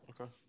Okay